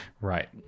Right